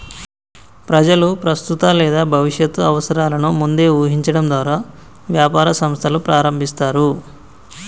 ప్రజలు ప్రస్తుత లేదా భవిష్యత్తు అవసరాలను ముందే ఊహించడం ద్వారా వ్యాపార సంస్థలు ప్రారంభిస్తారు